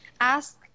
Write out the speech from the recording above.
ask